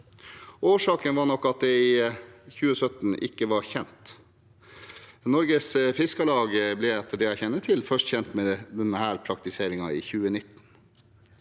Årsaken var nok at det i 2017 ikke var kjent. Norges Fiskarlag ble, etter det jeg kjenner til, først kjent med denne praktiseringen i 2019.